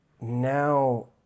now